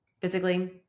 physically